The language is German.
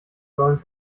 sollen